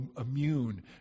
immune